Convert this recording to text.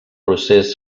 procés